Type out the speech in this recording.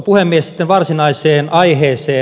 sitten varsinaiseen aiheeseen